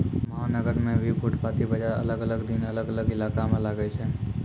महानगर मॅ भी फुटपाती बाजार अलग अलग दिन अलग अलग इलाका मॅ लागै छै